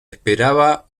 esperaba